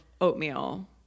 oatmeal